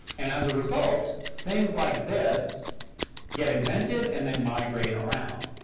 and as a result, things like this get invented and then migrate around.